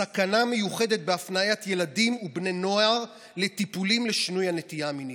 סכנה מיוחדת בהפניית ילדים ובני נוער לטיפולים לשינוי הנטייה המינית.